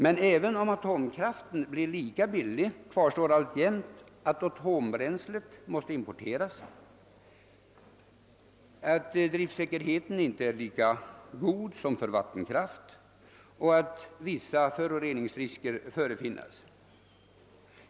Men även om atomkraften blir lika billig, kvarstår alltjämt att atombränslet måste importeras, att driftsäkerheten inte är lika god för atomkraft som för vattenkraft och att vissa föroreningsrisker finns.